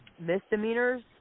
misdemeanors